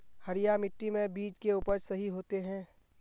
हरिया मिट्टी में बीज के उपज सही होते है?